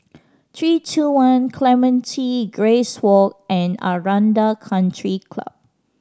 Three Two One Clementi Grace Walk and Aranda Country Club